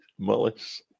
Mullis